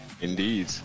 indeed